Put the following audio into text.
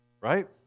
Right